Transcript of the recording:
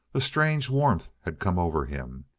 a strange warmth had come over him.